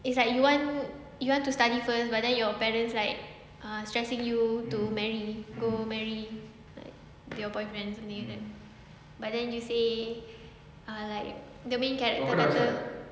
it's like you want you want to study first but then your parents like ah stressing you to marry go marry your boyfriend something like that but then you say ah like the main character better